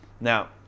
Now